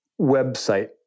website